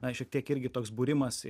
na šiek tiek irgi toks būrimas ir būrimas